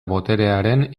boterearen